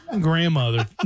grandmother